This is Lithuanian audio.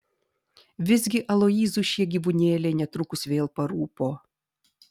visgi aloyzui šie gyvūnėliai netrukus vėl parūpo